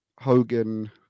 Hogan